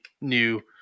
new